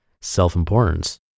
self-importance